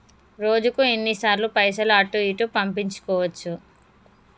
రోజుకు ఎన్ని సార్లు పైసలు అటూ ఇటూ పంపించుకోవచ్చు?